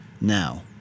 now